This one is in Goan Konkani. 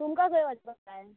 तुमकां खंय वचपाक जाय